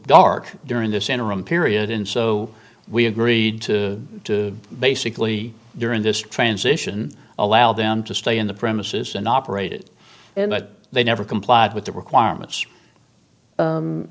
dark during this interim period in so we agreed to basically during this transition allow them to stay in the premises and operated in but they never complied with the requirements